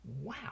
Wow